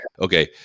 Okay